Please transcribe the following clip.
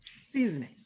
seasoning